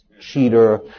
cheater